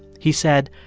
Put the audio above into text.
he said,